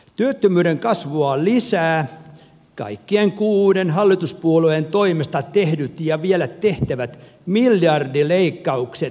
työttömyyden kasvua lisäävät kaikkien kuuden hallituspuolueen toimesta tehdyt ja vielä tehtävät miljardileikkaukset peruspalvelujen rahoitukseen